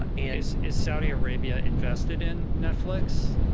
ah is is saudi arabia invested in netflix?